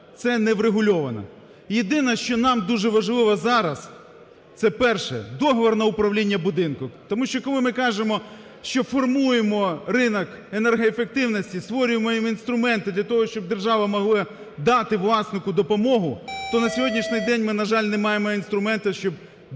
це не врегульовано. Єдине, що нам дуже важливо зараз це, перше, договір на управління будинку, тому що коли ми кажемо, що формуємо ринок енергоефективності, створюємо інструменти для того, щоб держава могла дати власнику допомогу, то на сьогоднішній день ми, на жаль, не маємо інструменту, щоб мати